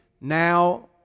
Now